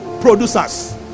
producers